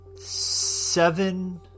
Seven